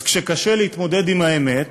אז כשקשה להתמודד עם האמת,